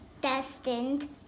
destined